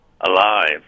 alive